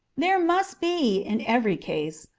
there must be, in every case,